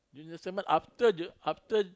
new testament after the after